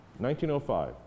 1905